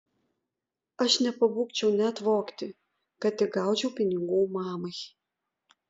aš nepabūgčiau net vogti kad tik gaučiau pinigų mamai